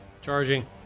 Charging